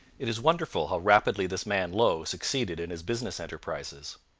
it is wonderful how rapidly this man low succeeded in his business enterprises.